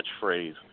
catchphrase